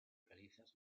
calizas